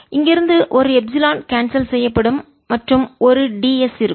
இங்கிருந்து ஒரு epsilon cancel செய்யப்படும் மற்றும் ஒரு ds இருக்கும்